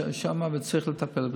וצריך לטפל בזה.